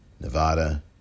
Nevada